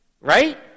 Right